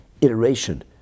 iteration